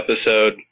episode